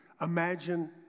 Imagine